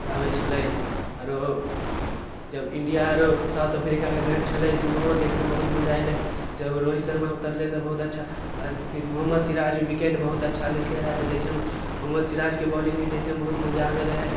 मजा आबैत छलै आरो जब इण्डिया आरो साउथ अफ्रीकाके मैच छलै तऽ ओहो देखेमे मजा अइलै जब रोहित शर्मा उतरलै तऽ बहुत अच्छा आ अथी मोहम्मद सिराजभी बिकेट बहुत अच्छा लेलकै रहए तऽ देखेमे मोहम्मद सिराजके बॉलिंग भी देखेमे मजा आबैत रहै